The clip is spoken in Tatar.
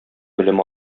белем